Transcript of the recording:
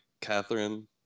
Catherine